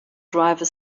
driver